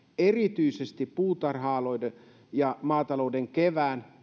erityisesti puutarha alojen ja maatalouden kevään